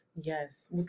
Yes